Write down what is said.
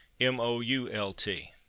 m-o-u-l-t